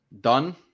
done